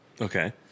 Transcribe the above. Okay